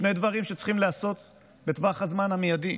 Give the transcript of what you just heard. שני דברים שצריכים לעשות בטווח הזמן המיידי: